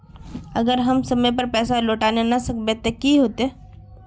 अगर हम समय पर पैसा लौटावे ना सकबे ते की होते?